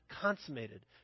consummated